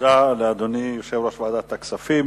תודה לאדוני, יושב-ראש ועדת הכספים.